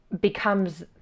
becomes